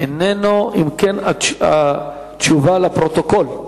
אינו נוכח, התשובה לפרוטוקול.